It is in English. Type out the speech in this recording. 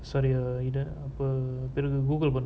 sorry uh google பண்ணு:pannu